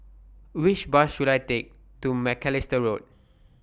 Which Bus should I Take to Macalister Road